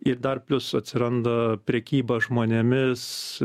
ir dar plius atsiranda prekyba žmonėmis